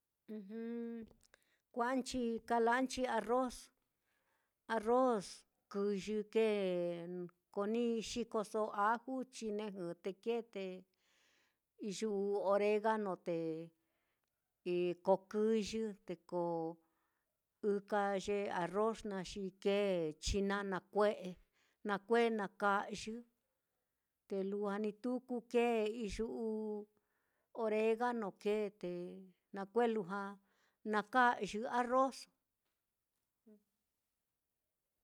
kua'anchi kala'anchi arroz, arroz kɨyɨ, kee ko ni xikoso aju, chinejɨ te kee, te iyu'u oregano, te ko kɨyɨ, te ko ɨka ye arroz naá xi kee chinana kue'e na kue na ka'yɨ, te lujua ni tuku kee iyu'u oregano kee, te na kue lujua na ka'yɨ arrozso.